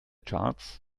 charts